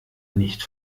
nicht